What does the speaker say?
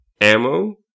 ammo